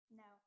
no